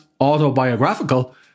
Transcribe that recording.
autobiographical